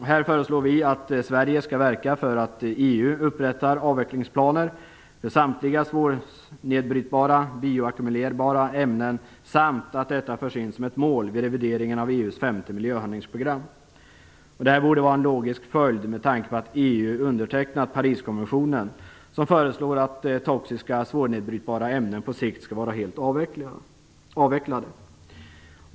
Här föreslår vi att Sverige skall verka för att EU upprättar avvecklingsplaner för samtliga svårnedbrytbara, bioackumulerbara ämnen samt att detta förs in som ett mål vid revideringen av EU:s femte miljöhandlingsprogram. Det borde vara en logisk följd av att EU undertecknat Pariskonventionen, som föreslår att toxiska, svårnedbrytbara ämnen på sikt helt skall avvecklas.